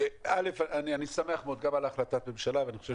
א' אני שמח מאוד על החלטת הממשלה ואני חושב